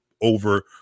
over